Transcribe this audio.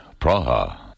Praha